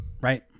right